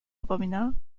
abominable